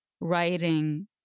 Writing